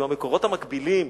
עם המקורות המקבילים.